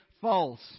false